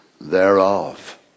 thereof